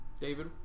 David